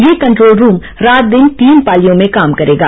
यह control room रात दिन तीन पालियों में काम करेगा